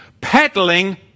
peddling